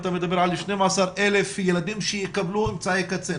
אתה מדבר על 12,000 ילדים שיקבלו אמצעי קצה,